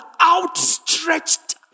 outstretched